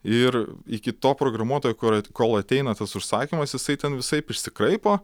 ir iki to programuotojo kor kol ateina tas užsakymas jisai ten visaip išsikraipo